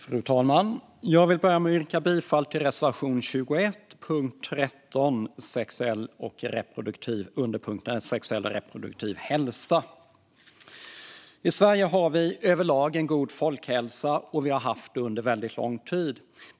Fru talman! Jag vill börja med att yrka bifall till reservation 21 under punkt 13 om sexuell och reproduktiv hälsa. I Sverige har vi överlag en god folkhälsa, och vi har haft det under väldigt lång tid.